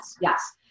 yes